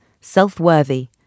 self-worthy